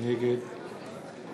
נגד